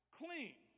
clean